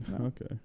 Okay